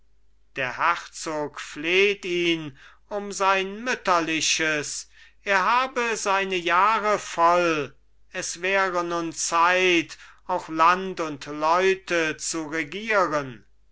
der herzog fleht ihn um sein mütterliches er habe seine jahre voll es wäre nun zeit auch land und leute zu regieren